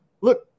look